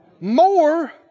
More